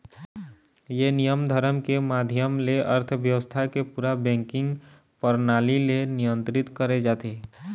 ये नियम धरम के माधियम ले अर्थबेवस्था के पूरा बेंकिग परनाली ले नियंत्रित करे जाथे